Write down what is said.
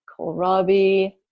kohlrabi